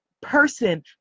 person